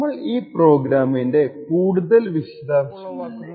നമ്മൾ ഈ പ്രോഗ്രാമ്മിന്റെ കൂടുതൽ വിശദാംശങ്ങളിലേക്ക് കടക്കുന്നില്ല